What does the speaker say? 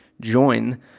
join